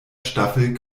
staffel